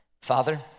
Father